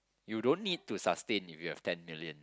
you don't need to sustain if you have ten million